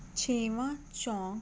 ਛੇਵਾਂ ਚੌਂਕ